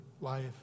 life